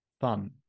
fun